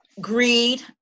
greed